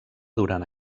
durant